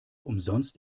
umsonst